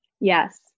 yes